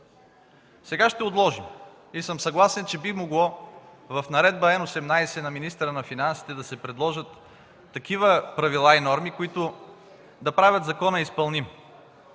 Сега ще отложим и съм съгласен, че би могло в Наредба Н 18 на министъра на финансите да се предложат такива правила и норми, които да правят закона изпълним.